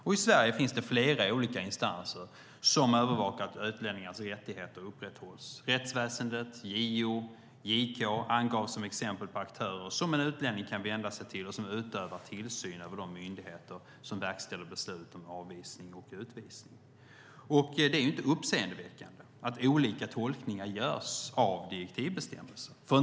Och i Sverige finns det flera olika instanser som övervakar att utlänningars rättigheter upprätthålls. Rättsväsendet, JO och JK anges som exempel på aktörer som en utlänning kan vända sig till och som utövar tillsyn över de myndigheter som verkställer beslut om avvisning och utvisning. Det är inte uppseendeväckande att olika tolkningar görs av direktivbestämmelser.